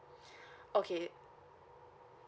okay